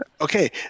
Okay